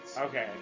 okay